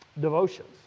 devotions